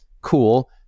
Cool